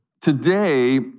today